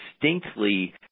distinctly